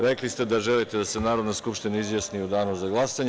Rekli ste da želite da se Narodna skupština izjasni u danu za glasanje.